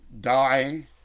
die